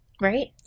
right